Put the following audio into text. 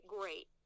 Great